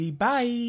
bye